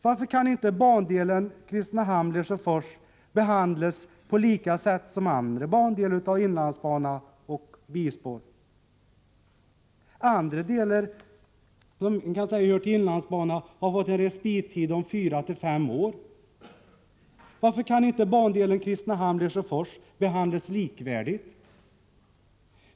Varför kan inte bandelen Kristinehamn-Lesjöfors behandlas på samma sätt som andra delar av inlandsbanan och bispår? Andra delar av inlandsbanan har fått en respittid på 4-5 år. Varför kan inte bandelen Kristinehamn-Lesjöfors behandlas likvärdigt?